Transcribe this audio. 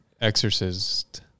Exorcist